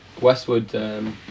Westwood